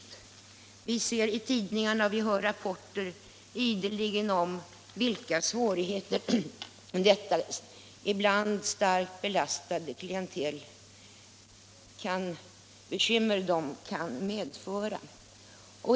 Ideligen läser vi i tidningarna och hör rapporter om vilka bekymmer detta ibland svårt belastade klientel kan vålla.